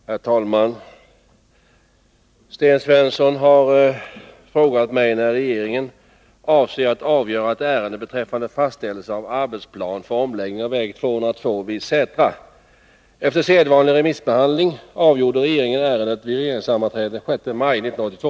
Herr talman! Sten Svensson har frågat mig när regeringen avser att avgöra ett ärende beträffande fastställelse av arbetsplan för omläggning av väg 202 vid Sätra. Efter sedvanlig remissbehandling avgjorde regeringen ärendet vid regeringssammanträdet den 6 maj 1982.